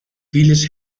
vieles